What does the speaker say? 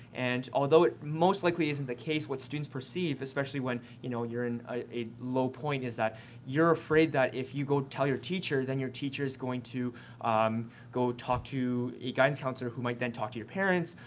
and although it most likely isn't the case what students perceive, especially when, you know, you're in a low point, is that you're afraid that if you go tell your teacher, then your teacher's going to go talk to a guidance counsellor who might then talk to your parents,